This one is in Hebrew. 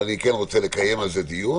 אבל אני כן רוצה לקיים על זה דיון,